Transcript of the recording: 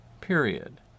period